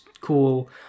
cool